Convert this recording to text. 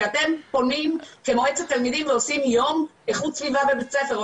שאתם ומועצת תלמידים יעשו יום איכות סביבה בבית ספר,